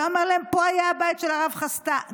והיה אומר להם: פה היה הבית של הרב קסטל,